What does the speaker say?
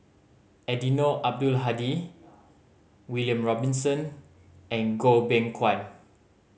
Eddino Abdul Hadi William Robinson and Goh Beng Kwan